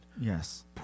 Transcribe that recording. Yes